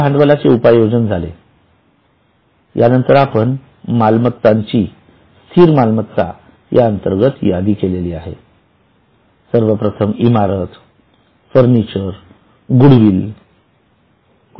सर्व भांडवलाचे उपाययोजन झाले यानंतर आपण सर्व मालमत्तांची स्थिर मालमत्ता याअंतर्गत यादी केलेली आहे सर्वप्रथम इमारत फर्निचर गुडविल इत्यादी